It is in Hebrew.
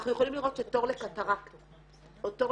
אנחנו יכולים לראות שתור לקטרקט או תור